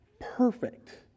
perfect